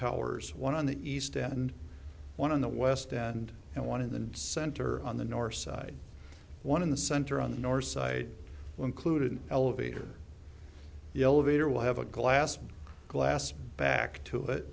towers one on the east and one on the west and and one in the center on the north side one in the center on the north side included elevator the elevator will have a glass of glass back to it